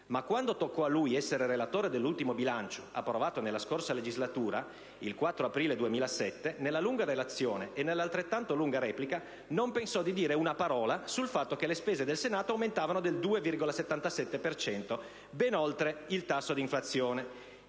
Ma quando toccò a lui essere relatore dell'ultimo bilancio approvato nella scorsa legislatura, il 4 aprile 2007, nella lunga relazione e nella altrettanto lunga replica non pensò di dire una parola sul fatto che le spese del Senato aumentassero del 2,77 per cento, ben oltre il tasso di inflazione.